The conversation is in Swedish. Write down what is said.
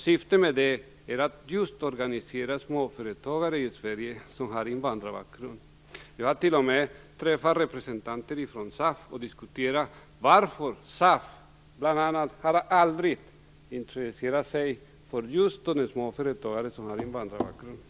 Syftet med den är just att organisera småföretagare i Sverige som har invandrarbakgrund. Jag har t.o.m. träffat representanter från SAF och diskuterat varför SAF, bl.a., aldrig har intresserat sig för just de småföretagare som har invandrarbakgrund.